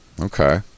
Okay